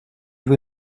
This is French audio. vous